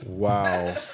Wow